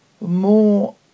more